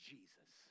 Jesus